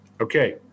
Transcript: Okay